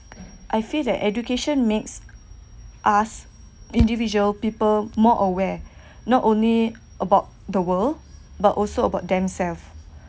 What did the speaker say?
I feel that education makes us individual people more aware not only about the world but also about themselves